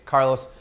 Carlos